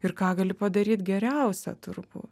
ir ką gali padaryt geriausia turbū